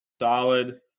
solid